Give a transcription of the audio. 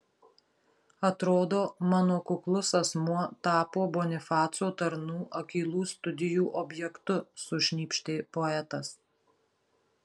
atrodo mano kuklus asmuo tapo bonifaco tarnų akylų studijų objektu sušnypštė poetas